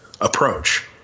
approach